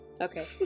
Okay